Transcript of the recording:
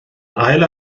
ail